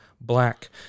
black